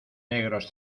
negros